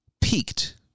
peaked